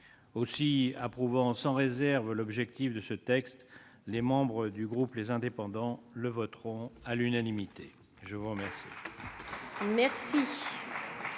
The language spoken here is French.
camp. Approuvant sans réserve l'objet de ce texte, les membres du groupe Les Indépendants le voteront à l'unanimité. La parole